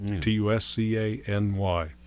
T-U-S-C-A-N-Y